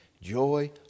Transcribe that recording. joy